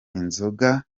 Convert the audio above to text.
inzoga